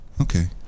Okay